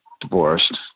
divorced